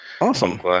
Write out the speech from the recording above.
Awesome